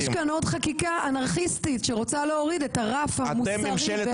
יש כאן עוד חקיקה אנרכיסטית שרוצה להוריד את הרף המוסרי.